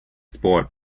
sport